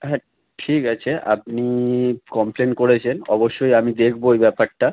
হ্যাঁ ঠিক আছে আপনি কমপ্লেন করেছেন অবশ্যই আমি দেখবো এই ব্যাপারটা